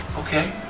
okay